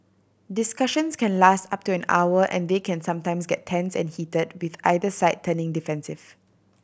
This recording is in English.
discussions can last up to an hour and they can sometimes get tense and heated with either side turning defensive